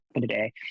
today